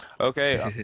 Okay